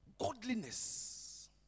godliness